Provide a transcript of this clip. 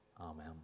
amen